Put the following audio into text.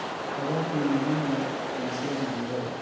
हवा के नमी ल कइसे जानबो?